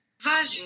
Vagina